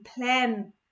plan